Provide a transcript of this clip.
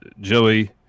Joey